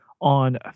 on